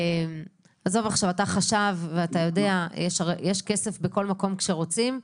אתה חשב ואתה יודע שיש כסף בכל מקום, כשרוצים,